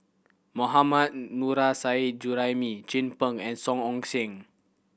Mohammad Nurrasyid Juraimi Chin Peng and Song Ong Siang